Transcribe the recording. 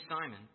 Simon